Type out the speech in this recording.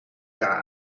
jaar